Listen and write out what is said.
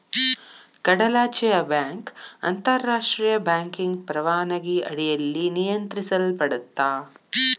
ಕಡಲಾಚೆಯ ಬ್ಯಾಂಕ್ ಅಂತಾರಾಷ್ಟ್ರಿಯ ಬ್ಯಾಂಕಿಂಗ್ ಪರವಾನಗಿ ಅಡಿಯಲ್ಲಿ ನಿಯಂತ್ರಿಸಲ್ಪಡತ್ತಾ